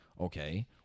okay